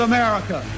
America